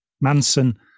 Manson